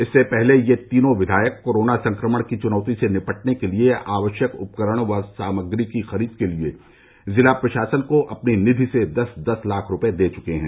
इससे पहले ये तीनों विधायक कोरोना संक्रमण की चुनौती से निपटने के लिए आवश्यक उपकरण व सामग्री की खरीद के लिए जिला प्रशासन को अपनी निधि से दस दस लाख रूपये दे चुके हैं